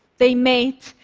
they mate,